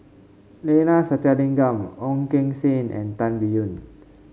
Neila Sathyalingam Ong Keng Sen and Tan Biyun